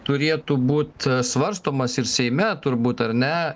turėtų būti svarstomas ir seime turbūt ar ne